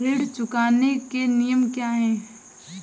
ऋण चुकाने के नियम क्या हैं?